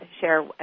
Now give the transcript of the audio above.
share